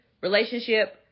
relationship